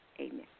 Amen